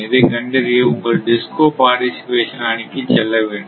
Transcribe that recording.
இதை கண்டறிய உங்கள் DISCO பார்டிசிபெசன் அணிக்கு செல்ல வேண்டும்